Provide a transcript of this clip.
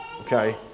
okay